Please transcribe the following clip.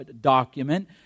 document